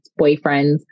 boyfriends